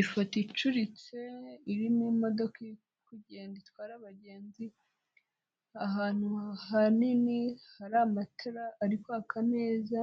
Ifoto icuritse irimo imodoka iri kugenda itwara abagenzi, ahantu hanini hari amatara ari kwaka neza